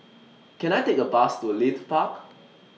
Can I Take A Bus to Leith Park